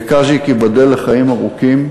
וקאז'יק ייבדל לחיים ארוכים,